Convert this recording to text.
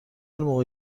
موقع